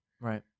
right